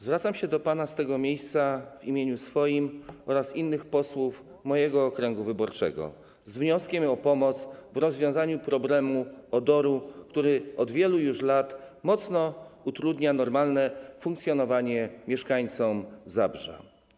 Zwracam się do pana z tego miejsca w imieniu swoim oraz innych posłów mojego okręgu wyborczego z wnioskiem o pomoc w rozwiązaniu problemu odoru, który od wielu już lat mocno utrudnia normalne funkcjonowanie mieszkańcom Zabrza.